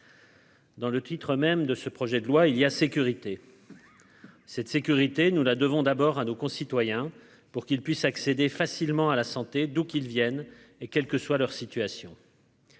Dans le titre même de ce projet de loi il y a sécurité cette sécurité, nous la devons d'abord à nos concitoyens pour qu'ils puissent accéder facilement à la santé, d'où qu'ils viennent et quelle que soit leur situation.